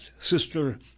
Sister